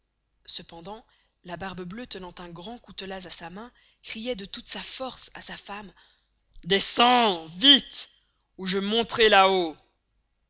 cependant la barbe bleuë tenant un grand coutelas à sa main crioit de toute sa force à sa femme descens viste ou je monteray là-haut